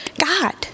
God